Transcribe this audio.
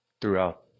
throughout